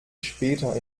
später